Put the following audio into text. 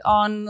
on